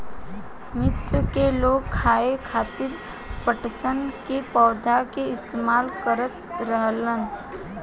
मिस्र के लोग खाये खातिर पटसन के पौधा के इस्तेमाल करत रहले